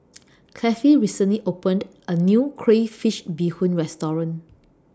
Clevie recently opened A New Crayfish Beehoon Restaurant